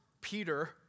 Peter